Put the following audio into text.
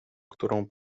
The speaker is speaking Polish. którą